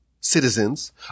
citizens